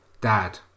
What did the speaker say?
Dad